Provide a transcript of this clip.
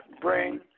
bring